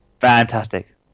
fantastic